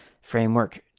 framework